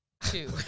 Two